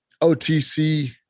OTC